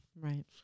Right